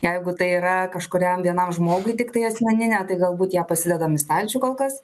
jeigu tai yra kažkuriam vienam žmogui tiktai asmeninė tai galbūt ją pasidedam į stalčių kol kas